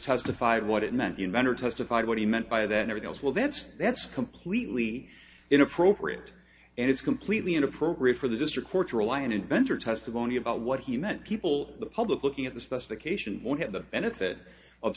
testified what it meant the inventor testified what he meant by that nevertheless well that's that's completely inappropriate and it's completely inappropriate for the district court to rely on inventor testimony about what he meant people the public looking at the specifications would have the benefit of